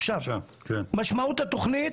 עכשיו, משמעות התכנית,